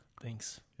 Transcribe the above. Thanks